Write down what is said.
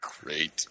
Great